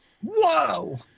Whoa